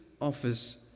offers